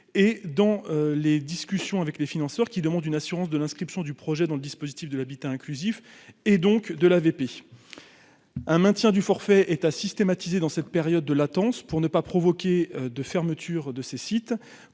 et dans les discussions avec les financeurs qui demande une assurance de l'inscription du projet dans le dispositif de l'habitat inclusif et donc de la VP un maintien du forfait est à systématiser dans cette période de latence pour ne pas provoquer de fermeture de ses sites,